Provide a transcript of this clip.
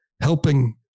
helping